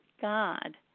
God